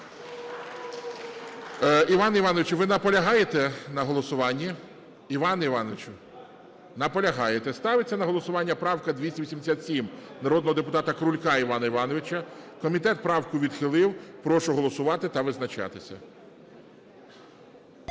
Іван Іванович, ви наполягаєте на голосуванні? Іване Івановичу! Наполягаєте. Ставиться на голосування правка 287 народного депутата Крулька Івана Івановича. Комітет правку відхилив. Прошу голосувати та визначатися.